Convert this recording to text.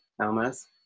Almas